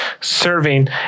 serving